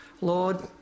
Lord